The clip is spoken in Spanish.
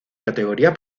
categoría